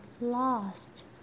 lost